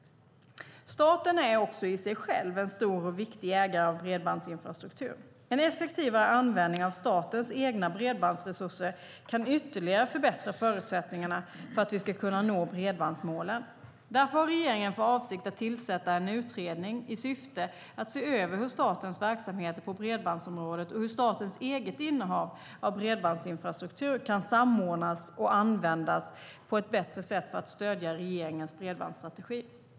Staten är i sig själv en stor och viktig ägare av bredbandsinfrastruktur. En effektivare användning av statens egna bredbandsresurser kan ytterligare förbättra förutsättningarna för att vi ska kunna nå bredbandsmålen. Därför har regeringen för avsikt att tillsätta en utredning i syfte att se över hur statens verksamheter på bredbandsområdet och statens eget innehav av bredbandsinfrastruktur kan samordnas och användas på ett bättre sätt för att stödja regeringens bredbandsstrategi.